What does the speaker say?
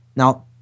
Now